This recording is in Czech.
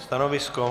Stanovisko?